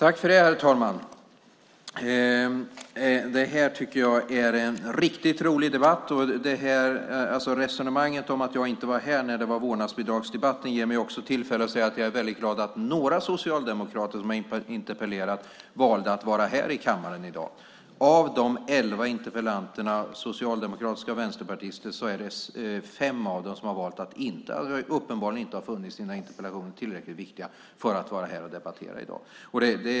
Herr talman! Jag tycker att det här är en riktigt rolig debatt. Resonemanget om att jag inte var här när det var vårdnadsbidragsdebatt ger mig tillfälle att säga att jag är väldigt glad att några socialdemokrater som har interpellerat valde att vara här i kammaren i dag. Av de elva interpellanterna, socialdemokrater och vänsterpartister, är det fem som uppenbarligen inte har funnit sina interpellationer tillräckligt viktiga för att vara här och debattera i dag.